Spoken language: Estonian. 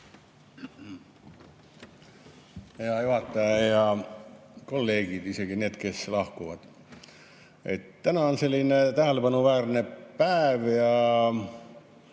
Hea juhataja! Head kolleegid, isegi need, kes lahkuvad! Täna on selline tähelepanuväärne päev.